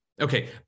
Okay